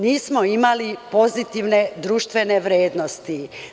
Nismo imali pozitivne društvene vrednosti.